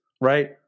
right